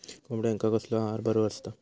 कोंबड्यांका कसलो आहार बरो असता?